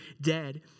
dead